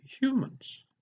humans